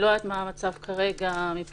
אבל אני לא יודעת מה המצב כרגע בנושא.